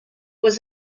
was